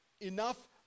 enough